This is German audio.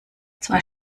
zwei